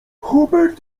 hubert